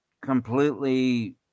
completely